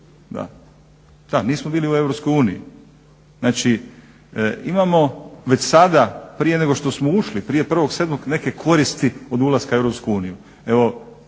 Da, nismo bili u EU. Znači, imamo već sada prije nego što smo ušli, prije 1.7. neke koristi od ulaska u EU.